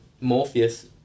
Morpheus